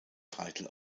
title